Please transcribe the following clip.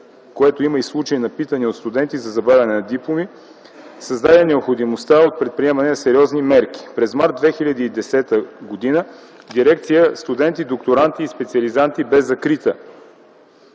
който има и случаи на питания от студенти за забавяне на дипломи, създаде необходимостта от предприемане на сериозни мерки. През м. март 2010 г. Дирекция „Студенти, докторанти и специализанти” бе закрита.